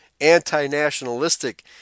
anti-nationalistic